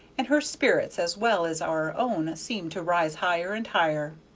and her spirits as well as our own seemed to rise higher and higher.